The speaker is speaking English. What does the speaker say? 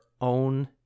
own